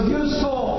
useful